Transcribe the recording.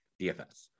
DFS